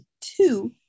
two